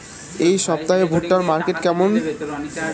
এই সপ্তাহে ভুট্টার মার্কেট কেমন?